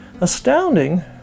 astounding